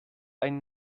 einen